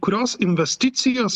kurios investicijas